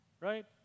right